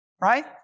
right